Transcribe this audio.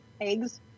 eggs